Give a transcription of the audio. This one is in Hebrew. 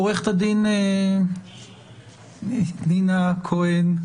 עורכת הדין נינא כהן.